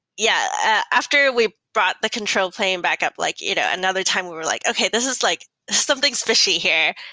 yeah. after we brought the control plane backup, like you know another time we were like, okay. this is like something's fishy here.